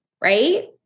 right